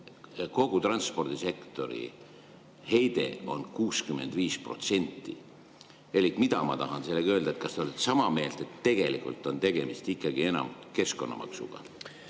kogu transpordisektori heitest 65%. Elik mida ma tahan sellega öelda: kas te olete sama meelt, et tegelikult on tegemist ikkagi enam keskkonnamaksuga?